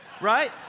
Right